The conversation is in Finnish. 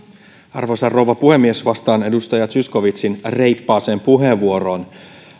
arvoisa rouva puhemies vastaan edustaja zyskowiczin reippaaseen puheenvuoroon